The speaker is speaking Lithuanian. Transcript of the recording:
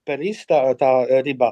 pereis tą tą ribą